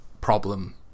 problem